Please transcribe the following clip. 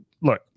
look